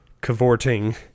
cavorting